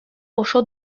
oso